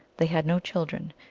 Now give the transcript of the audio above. they had no children,